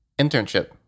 Internship